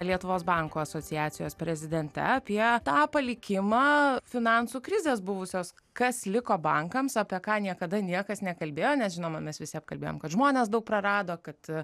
lietuvos bankų asociacijos prezidente apie tą palikimą finansų krizės buvusios kas liko bankams apie ką niekada niekas nekalbėjo nes žinoma mes visi apkalbėjom kad žmonės daug prarado kad